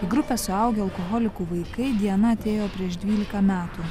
į grupę suaugę alkoholikų vaikai dijana atėjo prieš dvylika metų